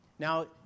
Now